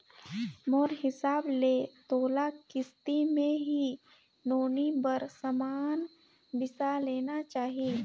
मोर हिसाब ले तोला किस्ती मे ही नोनी बर समान बिसा लेना चाही